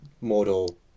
model